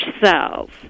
cells